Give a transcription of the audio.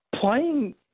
playing